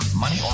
money